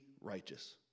righteous